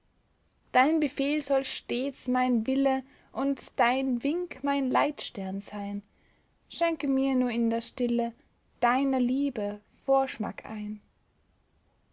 dein befehl soll stets mein wille und dein wink mein leitstern sein schenke mir nur in der stille deiner liebe vorschmack ein